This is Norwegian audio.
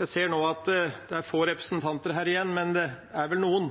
jeg ser nå at det er få representanten igjen her,